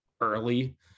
early